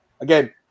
again